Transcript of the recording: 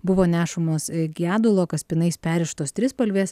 buvo nešamos gedulo kaspinais perrištos trispalvės